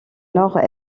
nord